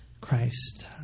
Christ